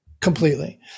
completely